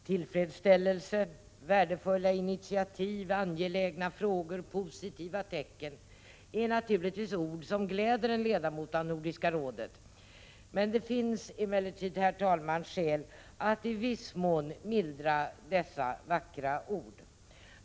Tillfredsställelse, värdefulla initiativ, angelägna frågor och positiva tecken är naturligtvis ord som gläder en ledamot av Nordiska rådet. Det finns emellertid, herr talman, skäl att i viss mån mildra dessa vackra ord.